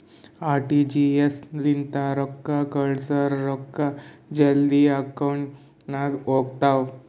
RTGS ಲಿಂತ ರೊಕ್ಕಾ ಕಳ್ಸುರ್ ರೊಕ್ಕಾ ಜಲ್ದಿ ಅಕೌಂಟ್ ನಾಗ್ ಹೋತಾವ್